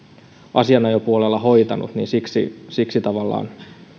asianajopuolella hoitanut tavallaan